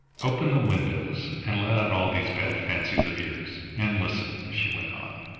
open the windows and let out all these bad fancies of yours. and listen, she went on,